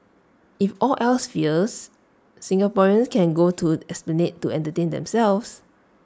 if all else fails Singaporeans can go to esplanade to entertain themselves